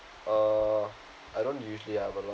uh I don't usually have a